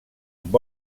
amb